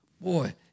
Boy